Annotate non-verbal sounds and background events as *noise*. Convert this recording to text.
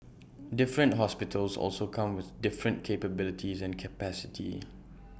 different hospitals also come with different capabilities and capacity *noise*